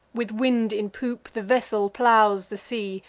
with wind in poop, the vessel plows the sea,